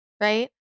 right